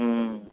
હમ